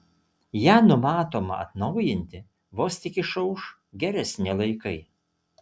ją numatoma atnaujinti vos tik išauš geresni laikai